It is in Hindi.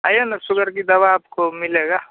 आइए ना शुगर की दवा आपको मिल जाएगी